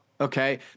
okay